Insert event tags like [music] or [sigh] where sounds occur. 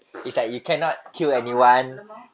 [noise] apa tak mahu